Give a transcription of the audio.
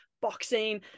boxing